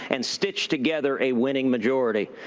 and stitch together a winning majority.